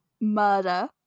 murder